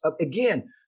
Again